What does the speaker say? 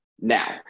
Now